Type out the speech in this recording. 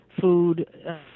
food